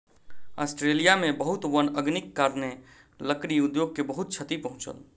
Australia में बहुत वन अग्निक कारणेँ, लकड़ी उद्योग के बहुत क्षति पहुँचल